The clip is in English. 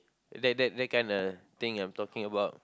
that that that kinda thing I'm talking about